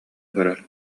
көрөр